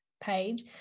page